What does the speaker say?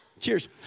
Cheers